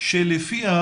שלפיה